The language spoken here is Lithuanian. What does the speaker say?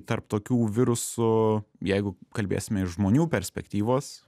tarp tokių virusų jeigu kalbėsime iš žmonių perspektyvos